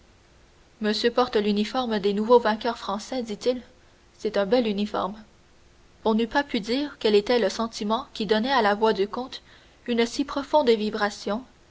monsieur porte l'uniforme des nouveaux vainqueurs français dit-il c'est un bel uniforme on n'eût pas pu dire quel était le sentiment qui donnait à la voix du comte une si profonde vibration